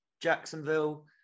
Jacksonville